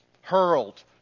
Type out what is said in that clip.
hurled